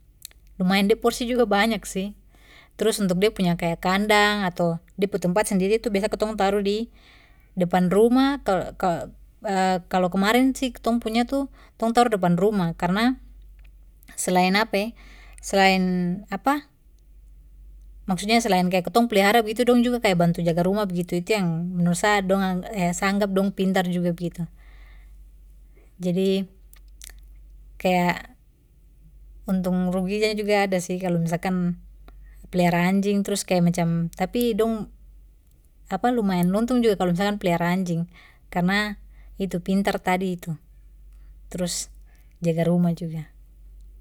Lumayan de porsi juga banyak sih, terus untuk de punya kaya kandang ato de pu tempat sendiri tu biasa kitong taruh di depan rumah kalo-kalo kalo kemarin sih kitong punya tu kitong depan rumah karna selain selain maksudnya selain kaya kitong plihara begitu dong juga kaya bantu jaga rumah begitu itu yang menurut sa dong sa anggap dong pintar juga begitu. Jadi, kaya untung ruginya juga ada sih kalo misalkan plihara anjing terus kaya macam tapi dong lumayan untung juga kalo misalkan plihara anjing karna itu pintar tadi itu terus jaga rumah juga.